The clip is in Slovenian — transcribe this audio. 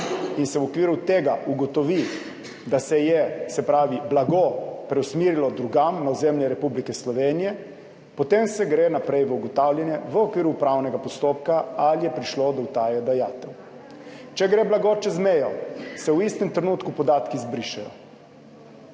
in se v okviru tega ugotovi, da se je blago preusmerilo drugam, na ozemlje Republike Slovenije, potem se gre naprej v ugotavljanje v okviru upravnega postopka, ali je prišlo do utaje dajatev. Če gre blago čez mejo, se v istem trenutku podatki izbrišejo.